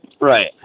Right